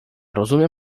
rozumie